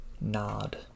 Nod